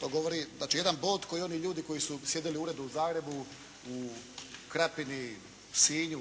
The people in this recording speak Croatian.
To govori znači jedan bod kao i oni ljudi koji su sjedili u uredu u Zagrebu, u Krapini, Sinju,